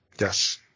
Yes